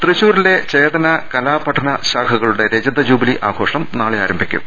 തൃശൂരിലെ ചേതന കലാപഠന ശാഖകളുടെ രജത ജൂബിലി ആഘോഷം നാളെ ആരംഭിക്കും